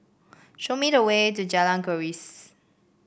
show me the way to Jalan Keris